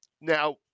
Now